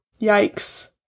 Yikes